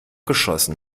geschossen